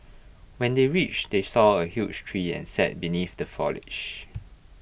when they reached they saw A huge tree and sat beneath the foliage